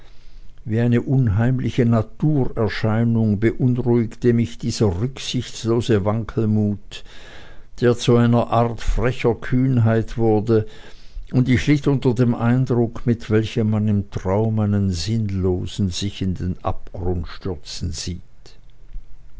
wie eine unheimliche naturerscheinung beunruhigte mich dieser rücksichtslose wankelmut der zu einer art frecher kühnheit wurde und ich litt unter dem eindruck mit welchem man im traum einen sinnlosen sich in den abgrund stürzen sieht